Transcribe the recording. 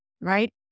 right